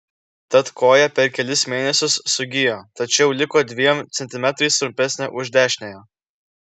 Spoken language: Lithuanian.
tad koja per kelis mėnesius sugijo tačiau liko dviem centimetrais trumpesnė už dešiniąją